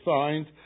signs